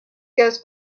goes